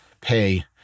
pay